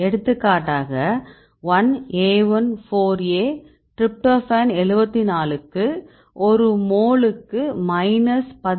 எடுத்துக்காட்டாக 1AI4A tryptophan 74 க்கு ஒரு மோலுக்கு மைனஸ் 13